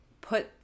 put